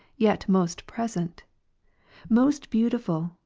yet most present most beautiful,